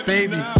Baby